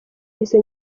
izo